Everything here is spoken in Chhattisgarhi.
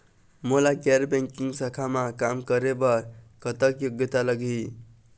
मोला गैर बैंकिंग शाखा मा काम करे बर कतक योग्यता लगही?